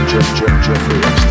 Jeffrey